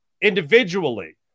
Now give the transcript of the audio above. individually